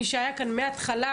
מי שהיה כאן בתחילת הדיון